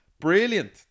Brilliant